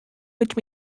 which